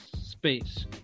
space